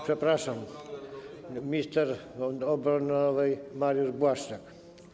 Przepraszam, minister obrony narodowej Mariusz Błaszczak.